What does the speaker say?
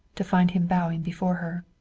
to find him bowing before her.